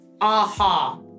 aha